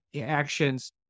actions